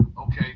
okay